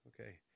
Okay